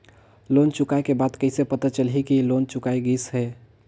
Loan चुकाय के बाद कइसे पता चलही कि लोन चुकाय गिस है?